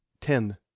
Ten